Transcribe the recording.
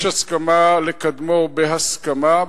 יש הסכמה לקדמו בהסכמה,